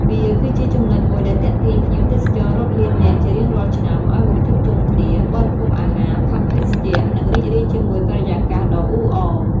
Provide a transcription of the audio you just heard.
វាគឺជាចំណុចមួយដែលទាក់ទាញភ្ញៀវទេសចររាប់លាននាក់ជារៀងរាល់ឆ្នាំ ឲ្យមកជួបជុំគ្នា បរិភោគអាហារ ផឹកភេសជ្ជៈ និងរីករាយជាមួយបរិយាកាសដ៏អ៊ូអរ។